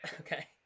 Okay